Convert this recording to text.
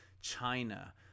China